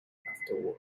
afterward